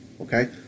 Okay